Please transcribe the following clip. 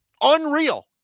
Unreal